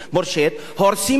הורסים לו את הבית,